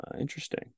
Interesting